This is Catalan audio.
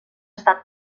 estat